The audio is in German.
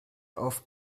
auf